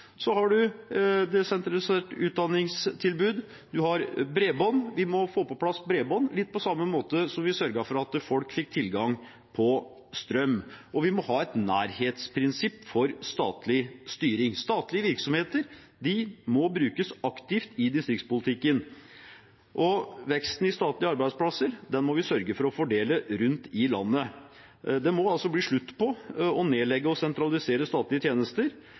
Så må man ha et desentralisert utdanningstilbud. Vi må få på plass bredbånd – litt på samme måte som vi sørget for at folk fikk tilgang på strøm. Og vi må ha et nærhetsprinsipp for statlig styring. Statlige virksomheter må brukes aktivt i distriktspolitikken, og veksten i statlige arbeidsplasser må vi sørge for å fordele rundt om i landet. Det må altså bli slutt på å nedlegge og sentralisere statlige tjenester.